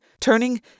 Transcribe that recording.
turning